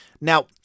Now